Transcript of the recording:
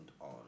on